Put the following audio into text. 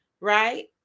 Right